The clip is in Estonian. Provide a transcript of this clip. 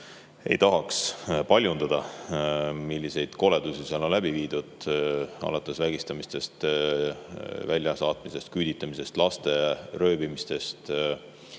ei tahaks paljundada – milliseid koledusi seal on toime pandud alates vägistamistest, väljasaatmisest, küüditamisest, laste röövimisest,